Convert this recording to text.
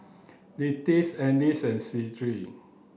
Annis Shirl